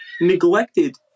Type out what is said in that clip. neglected